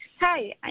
Hi